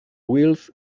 wheels